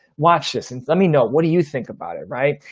watch this and let me know. what do you think about it? right.